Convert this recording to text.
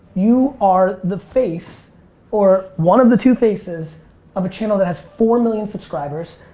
you are the face or one of the two faces of a channel that has four million subscribers.